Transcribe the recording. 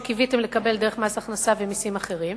שקיוויתם לקבל דרך מס הכנסה ומסים אחרים,